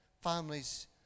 families